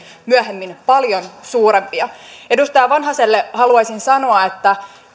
myöhemmin paljon suurempia edustaja vanhaselle haluaisin sanoa että